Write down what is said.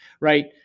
right